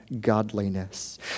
godliness